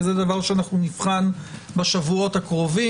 וזה דבר שנבחן בשבועות הקרובים.